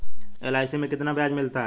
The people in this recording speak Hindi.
एल.आई.सी में कितना ब्याज मिलता है?